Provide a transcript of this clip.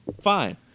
Fine